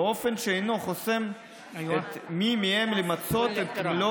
באופן שאינו חוסם את מי מהם למצות את מלוא